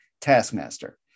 taskmaster